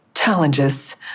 Challenges